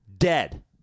dead